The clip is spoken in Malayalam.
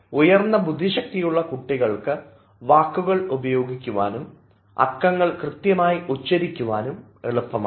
ഉയർന്ന ബുദ്ധിശക്തിയുള്ള കുട്ടികൾക്ക് വാക്കുകൾ ഉപയോഗിക്കുവാനും അക്കങ്ങൾ കൃത്യമായി ഉച്ചരിക്കുവാനും എളുപ്പമാണ്